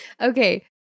Okay